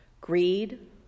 greed